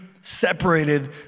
separated